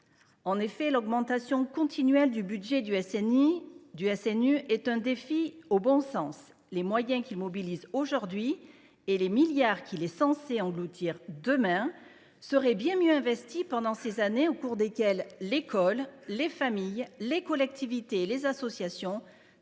En effet, l’augmentation continuelle du budget du SNU est un défi au bon sens : les moyens qu’il mobilise aujourd’hui et les milliards d’euros qu’il est censé engloutir demain seraient bien mieux investis pendant ces années au cours desquelles l’école, les familles, les collectivités et les associations